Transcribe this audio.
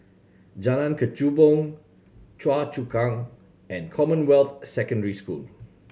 Jalan Kechubong Choa Chu Kang and Commonwealth Secondary School